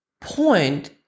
point